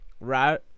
right